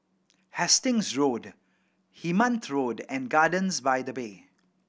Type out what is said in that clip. Hastings Road Hemmant Road and Gardens by the Bay